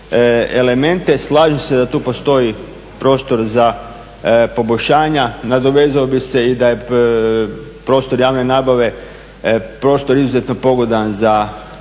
Slažem se da tu postoji prostor za poboljšanja, nadovezao bih se i da je prostor javne nabave prostor izuzetno pogodan za